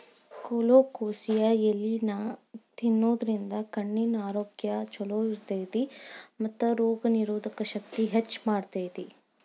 colocasia ಎಲಿನಾ ತಿನ್ನೋದ್ರಿಂದ ಕಣ್ಣಿನ ಆರೋಗ್ಯ್ ಚೊಲೋ ಇರ್ತೇತಿ ಮತ್ತ ರೋಗನಿರೋಧಕ ಶಕ್ತಿನ ಹೆಚ್ಚ್ ಮಾಡ್ತೆತಿ